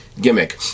gimmick